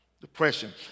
Depression